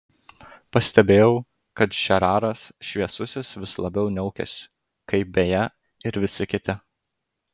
pastebėjau kad žeraras šviesusis vis labiau niaukiasi kaip beje ir visi kiti